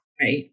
right